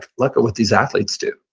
look at what these athletes do.